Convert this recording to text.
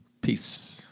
Peace